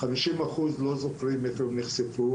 50% לא זוכרים איפה הם נחשפו